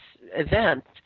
event